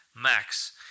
Max